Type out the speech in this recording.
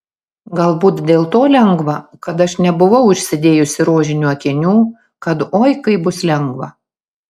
galbūt dėl to lengva kad aš nebuvau užsidėjusi rožinių akinių kad oi kaip bus lengva